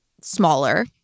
smaller